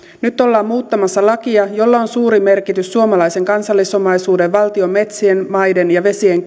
nyt ollaan muuttamassa lakia jolla on suuri merkitys suomalaisen kansallisomaisuuden valtion metsien maiden ja vesien